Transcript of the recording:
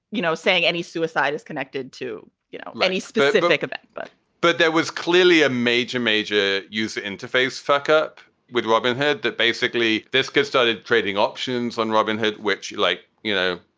you know, saying any suicide is connected to you know like any specific event but but there was clearly a. major, major user interface fuckup with robin hood that basically this get started trading options on robin hood, which you like, you know,